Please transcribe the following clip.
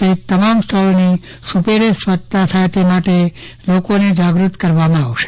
સહિત તમામ સ્થળોની સુપેરે સ્વચ્છતા થાય તે માટે લોકોને જાગૃત કરાશે